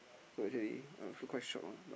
so actually I also quite shock ah but